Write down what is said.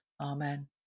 Amen